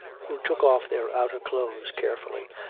who took off their outer clothes carefully,